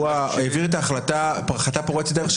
הוא העביר החלטה פורצת דרך,